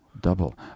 Double